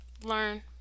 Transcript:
Learn